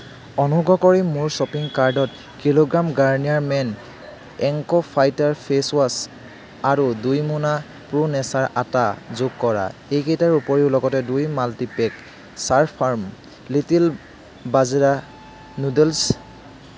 অনুগ্ৰহ কৰি মোৰ শ্বপিং কাৰ্ডত কিলোগ্ৰাম গাৰ্নিয়াৰ মেন এংকো ফাইটাৰ ফেচ ৱাছ আৰু দুই মোনা প্ৰো নেচাৰ আটা যোগ কৰা এইকেইটাৰ উপৰিও লগতে দুই multipack slurp farm little bajra noodles